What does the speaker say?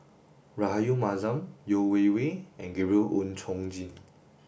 Rahayu Mahzam Yeo Wei Wei and Gabriel Oon Chong Jin